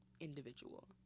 individual